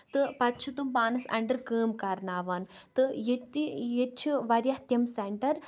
تہٕ پَتہٕ چھِ تٕم پانس انڈر کٲم کرناوان تہٕ ییٚتہِ ییٚتہِ چھِ واریاہ تِم سینٹر